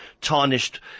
tarnished